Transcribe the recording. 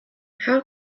how